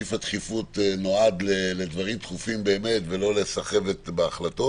סעיף הדחיפות נועד לדברים דחופים באמת ולא לסחבת בהחלטות.